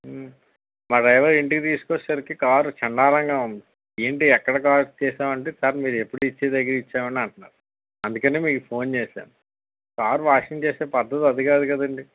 మా డ్రైవర్ ఇంటికి తీసుకొచ్చేసరికి కారు చెండాలంగా ఉంది ఏంటీ ఎక్కడ కారు ఇచ్చేశావు అంటే సార్ మీరు ఎప్పుడు ఇచ్చే దగ్గరే ఇచ్చాం అండి అంటున్నాడు అందుకనే మీకు ఫోన్ చేసాను కారు వాషింగ్ చేసే పద్ధతి అది కాదు కదండి